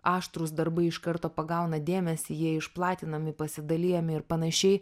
aštrūs darbai iš karto pagauna dėmesį jie išplatinami pasidalijami ir panašiai